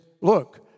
look